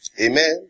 Amen